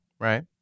Right